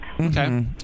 Okay